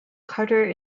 carter